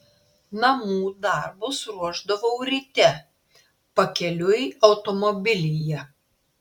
namų darbus ruošdavau ryte pakeliui automobilyje